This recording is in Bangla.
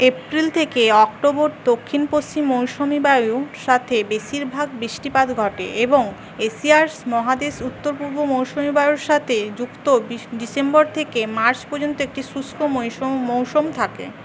এপ্রিল থেকে অক্টোবর দক্ষিণ পশ্চিম মৌসুমী বায়ুর সাথে বেশিরভাগ বৃষ্টিপাত ঘটে এবং এশিয়ার মহাদেশ উত্তর পূর্ব মৌসুমী বায়ুর সাথে যুক্ত ডিসেম্বর থেকে মার্চ পর্যন্ত একটি শুষ্ক মৌসম থাকে